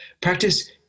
practice